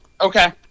Okay